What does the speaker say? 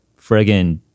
friggin